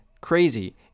crazy